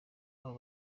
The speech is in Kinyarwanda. abo